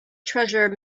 treasure